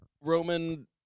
Roman